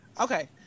Okay